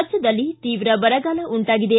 ರಾಜ್ಯದಲ್ಲಿ ತೀವ್ರ ಬರಗಾಲ ಉಂಟಾಗಿದೆ